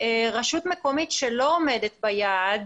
רשות מקומית שלא עומדת ביעד,